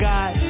God